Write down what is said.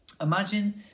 Imagine